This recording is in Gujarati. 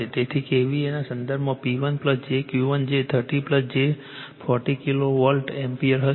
તેથી KVA ના સંદર્ભમાં P1 j Q1 જે 30 j 40 કિલોવોલ્ટ એમ્પીયર હશે